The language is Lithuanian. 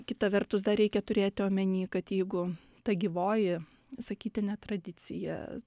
kita vertus dar reikia turėti omeny kad jeigu ta gyvoji sakytinė tradicija